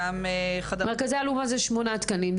גם --- מרכזי אלומה זה שמונה תקנים,